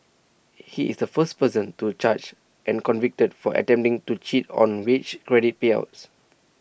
he is the first person to charged and convicted for attempting to cheat on wage credit payouts